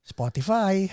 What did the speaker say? Spotify